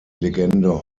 legende